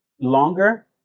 longer